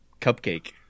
cupcake